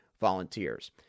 Volunteers